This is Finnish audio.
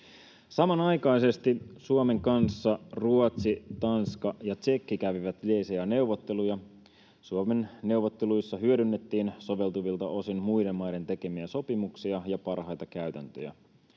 Samanaikaisesti Suomen kanssa Ruotsi, Tanska ja Tšekki kävivät DCA-neuvotteluja. Suomen neuvotteluissa hyödynnettiin soveltuvilta osin muiden maiden tekemiä sopimuksia ja parhaita käytäntöjä.